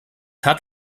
hat